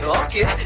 okay